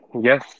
yes